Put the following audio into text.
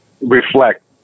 reflect